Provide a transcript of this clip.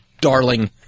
darling